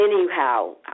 Anyhow